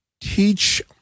teach